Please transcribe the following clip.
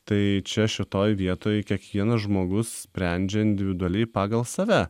tai čia šitoj vietoj kiekvienas žmogus sprendžia individualiai pagal save